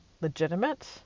legitimate